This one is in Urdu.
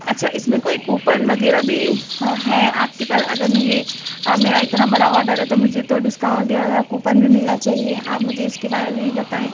اچھا اس میں کوئی کوپن وغیرہ بھی ہیں آپ کے پاس اگر میں یہ میرا اتنا بڑا آڈر ہے تو مجھے تو ڈسكاؤنٹ یا كوپن بھی ملنا چاہیے آپ مجھے اس کے بارے میں بھی بتائیں